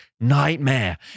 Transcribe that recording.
Nightmare